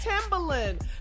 Timberland